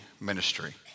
ministry